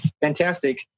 fantastic